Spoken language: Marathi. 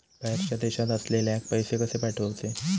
बाहेरच्या देशात असलेल्याक पैसे कसे पाठवचे?